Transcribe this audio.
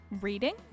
Reading